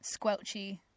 squelchy